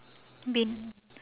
bin